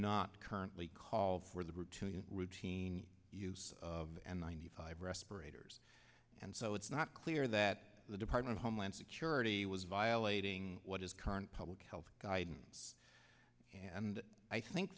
not currently called for the group to you know routine use of and ninety five respirators and so it's not clear that the department of homeland security was violating what is current public health guidance and i think